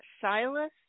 Silas